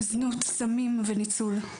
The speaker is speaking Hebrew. זנות, סמים וניצול.